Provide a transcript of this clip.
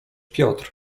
piotr